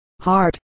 heart